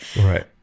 right